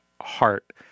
heart